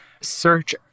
search